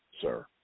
sir